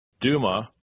Duma